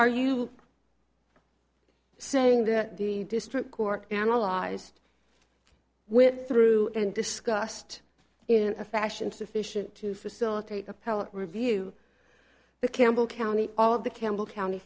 are you saying that the district court analyzed with through and discussed in a fashion sufficient to facilitate appellate review the campbell county of the campbell county